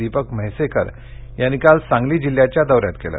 दीपक म्हैसेकर यांनी काल सांगली जिल्ह्याच्या दौऱ्यात केलं